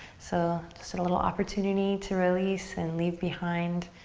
so just a little opportunity to release and leave behind